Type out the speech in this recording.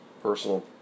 personal